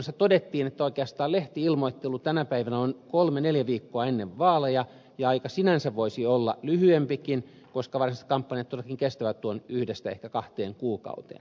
valiokunnassa todettiin että oikeastaan lehti ilmoittelu tänä päivänä on kolme neljä viikkoa ennen vaaleja ja aika sinänsä voisi olla lyhyempikin koska varsinaiset kampanjat todellakin kestävät tuon yhdestä ehkä kahteen kuukauteen